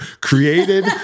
created